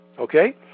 Okay